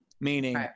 meaning